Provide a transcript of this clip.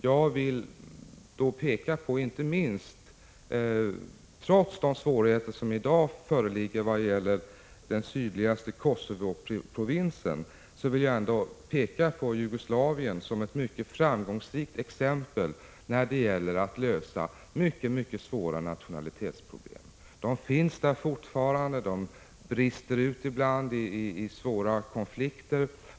Jag vill särskilt peka på Jugoslavien — trots de svårigheter som i dag föreligger när det gäller den sydligaste delen av Kosovo-provinsen — som ett mycket framgångsrikt exempel när det gäller att lösa svåra nationalitetsproblem. De finns där fortfarande, och de brister ut ibland i svåra konflikter.